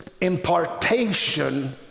impartation